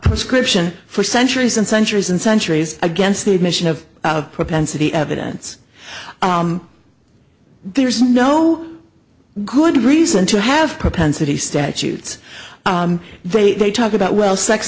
description for centuries and centuries and centuries against the admission of propensity evidence there's no good reason to have propensity statutes the way they talk about well sex